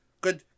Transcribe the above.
good